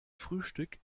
frühstück